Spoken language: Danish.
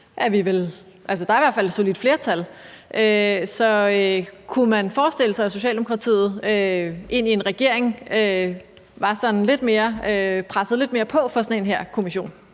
osv., er der i hvert fald et solidt flertal. Så kunne man forestille sig, at Socialdemokratiet i en regering pressede lidt mere på for sådan en kommission?